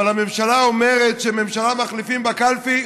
אבל הממשלה אומרת שממשלה מחליפים בקלפי,